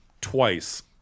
twice